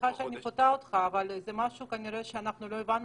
כנראה שהבנו